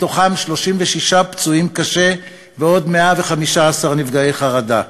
מתוכם 36 פצועים קשה, ועוד 115 נפגעי חרדה.